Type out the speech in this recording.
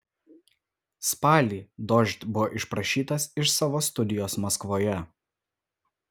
spalį dožd buvo išprašytas iš savo studijos maskvoje